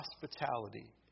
hospitality